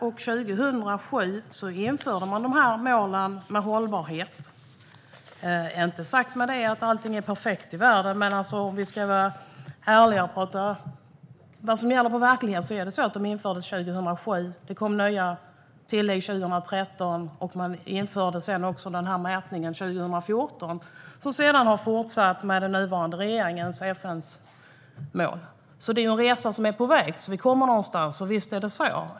År 2007 införde man målen om hållbarhet. Med det är det inte sagt att allting i världen är perfekt. Men om vi ska vara ärliga och prata om vad som gäller i verkligheten ska vi säga att de infördes 2007. Det kom nya tillägg 2013. Sedan införde man den här mätningen 2014. Det har sedan fortsatt med den nuvarande regeringens och FN:s mål. Det är en resa där vi är på väg. Vi kommer någonstans. Visst är det så.